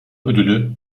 ödülü